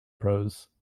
prose